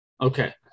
Okay